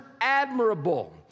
admirable